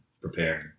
preparing